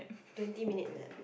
twenty minute nap